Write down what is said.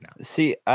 See